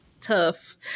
tough